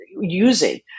using